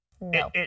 No